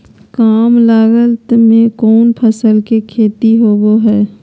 काम लागत में कौन फसल के खेती होबो हाय?